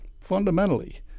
fundamentally